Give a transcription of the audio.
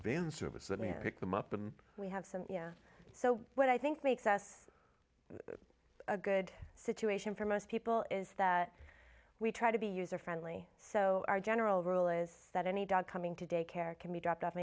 means pick them up and we have some yeah so what i think makes us a good situation for most people is that we try to be user friendly so our general rule is that any dog coming to day care can be dropped off